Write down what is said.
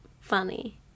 funny